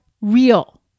real